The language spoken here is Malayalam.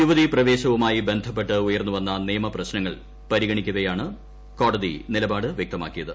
യുവതീ പ്രവേശവുമായി ബന്ധപ്പെട്ട് ഉയർന്നു വന്ന നിയമപ്രശ്നങ്ങൾ പരിഗണിക്കവേയാണ് നിലപാട് വ്യക്തമാക്കിയത്